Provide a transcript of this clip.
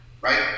right